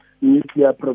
nuclear